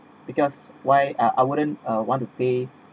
because why ah I wouldn't uh want to pay